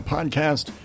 Podcast